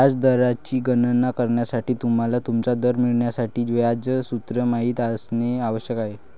व्याज दराची गणना करण्यासाठी, तुम्हाला तुमचा दर मिळवण्यासाठी व्याज सूत्र माहित असणे आवश्यक आहे